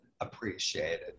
appreciated